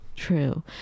true